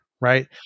right